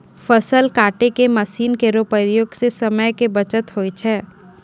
फसल काटै के मसीन केरो प्रयोग सें समय के बचत होय छै